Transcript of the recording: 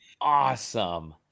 awesome